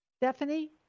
Stephanie